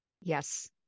Yes